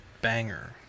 Banger